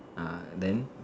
ah then